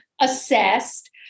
assessed